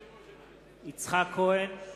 אינה נוכחת גדעון סער,